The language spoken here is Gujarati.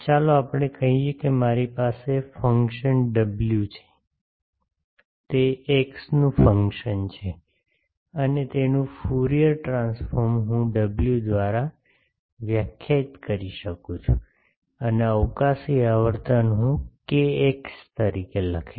ચાલો આપણે કહી શકીએ કે મારી પાસે ફંકશન ડબલ્યુ છે તે એક્સનું ફંકશન છે અને તેનું ફ્યુરિયર ટ્રાન્સફોર્મ હું W દ્વારા વ્યાખ્યાયિત કરી શકું છું અને અવકાશી આવર્તન હું KX તરીકે લખીશ